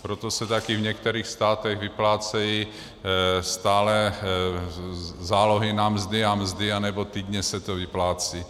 Proto se taky v některých státech vyplácejí stále zálohy na mzdy anebo týdně se to vyplácí.